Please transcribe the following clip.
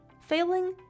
failing